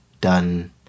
done